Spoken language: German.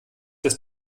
das